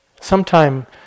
Sometime